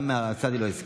גם מהצד היא לא הסכימה.